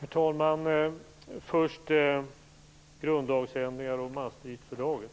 Herr talman! Först tar jag upp grundlagsändringarna och Maastrichtfördraget.